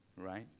Right